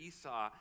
Esau